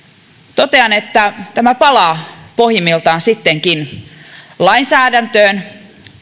totean että tämä palaa pohjimmiltaan sittenkin lainsäädäntöön